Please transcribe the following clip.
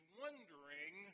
wondering